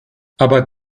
aber